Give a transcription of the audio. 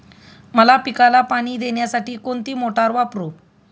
मका पिकाला पाणी देण्यासाठी कोणती मोटार वापरू?